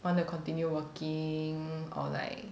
wanna continue working or like